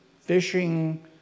fishing